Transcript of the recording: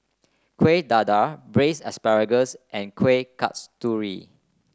Kueh Dadar Braised Asparagus and Kueh Kasturi